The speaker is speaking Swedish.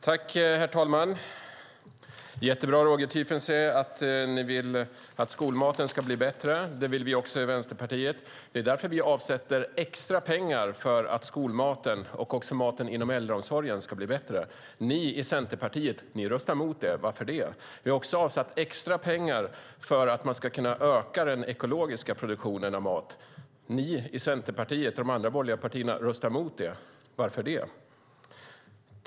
Herr talman! Det är jättebra att ni vill att skolmaten ska bli bättre, Roger Tiefensee. Det vill vi i Vänsterpartiet också. Det är därför vi avsätter extra pengar för att skolmaten och maten inom äldreomsorgen ska bli bättre. Ni i Centerpartiet röstar mot det. Varför det? Vi har också avsatt extra pengar för att man ska kunna öka den ekologiska produktionen av mat. Ni i Centerpartiet och de andra borgerliga partierna röstar mot det. Varför det?